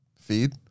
feed